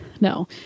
No